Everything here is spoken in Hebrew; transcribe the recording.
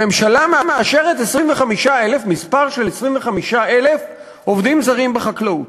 הממשלה מאשרת 25,000 עובדים זרים בחקלאות.